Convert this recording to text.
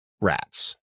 rats